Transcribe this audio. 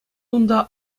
унта